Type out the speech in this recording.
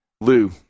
Lou